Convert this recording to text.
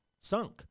sunk